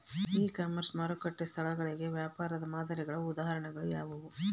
E commerce ಮಾರುಕಟ್ಟೆ ಸ್ಥಳಗಳಿಗೆ ವ್ಯಾಪಾರ ಮಾದರಿಗಳ ಉದಾಹರಣೆಗಳು ಯಾವುವು?